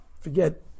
Forget